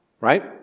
right